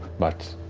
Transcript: but